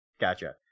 Gotcha